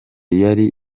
yari